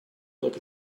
look